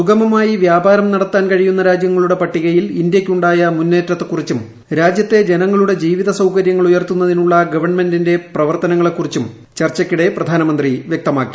സുഗമമായി വ്യാപാരം നടത്താൻ കഴിയുന്ന രാജ്യങ്ങളുടെ പട്ടികയിൽ ഇന്ത്യയ്ക്ക് ഉണ്ടായ മുന്നേറ്റത്തെക്കുറിച്ചും രാജ്യത്തെ ജനങ്ങളുടെ ജീവിതസൌകര്യങ്ങൾ ഉയർത്തുന്നതിനുള്ള ഗവൺമെന്റിന്റെ പ്രവർത്തനങ്ങളെക്കുറിച്ചും ചർച്ചുക്കിടെ പ്രധാനമന്ത്രി വ്യക്തമാക്കി